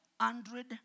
Hundred